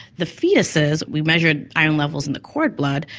the foetuses, we measured iron levels in the cord blood,